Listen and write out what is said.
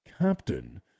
captain